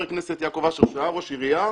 הכנסת יעקב אשר שהוא היה ראש עירייה,